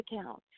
account